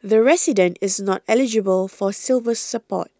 the resident is not eligible for Silver Support